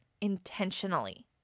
intentionally